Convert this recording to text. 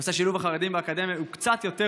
שנושא שילוב החרדים באקדמיה הוא קצת יותר